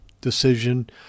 decision